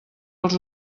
als